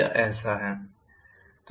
यह ऐसा है